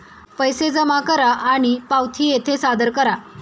पैसे जमा करा आणि पावती येथे सादर करा